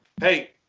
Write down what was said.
Hey